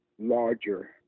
larger